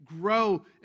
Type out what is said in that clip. grow